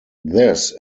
this